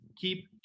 keep